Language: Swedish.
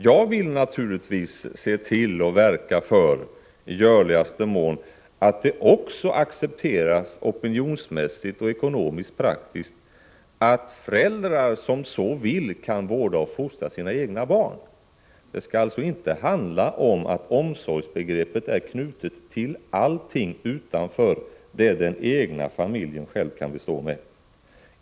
Jag vill naturligtvis i görligaste mån verka för att det också accepteras opinionsmässigt och ekonomiskt-praktiskt att föräldrar som så vill kan vårda och fostra sina egna barn. Det skall alltså inte handla om att omsorgsbegreppet är knutet till allting utanför det den egna familjen kan bestå.